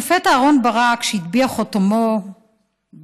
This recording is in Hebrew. השופט אהרן ברק, שהטביע חותמו במשפט